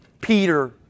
Peter